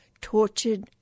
tortured